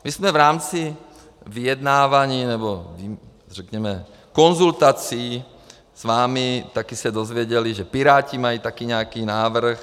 My jsme v rámci vyjednávání, nebo řekněme konzultací s vámi, se také dozvěděli, že Piráti mají taky nějaký návrh.